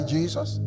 Jesus